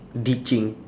ditching